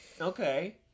Okay